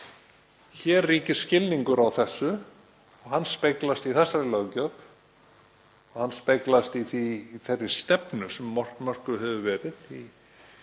Hér ríkir skilningur á þessu og hann speglast í þessari löggjöf. Hann speglast í þeirri stefnu sem mörkuð hefur verið